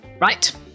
Right